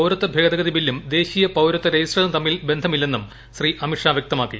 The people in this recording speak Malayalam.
പൌരത്വ ഭേദഗതി ബില്ലും ദേശീയ പൌരത്വ രജിസ്റ്ററും തമ്മിൽ ബന്ധമില്ലെന്നും ശ്രീ അമിത്ഷാ വ്യക്തമാക്കി